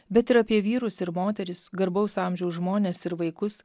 bet ir apie vyrus ir moteris garbaus amžiaus žmones ir vaikus